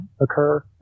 occur